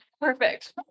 Perfect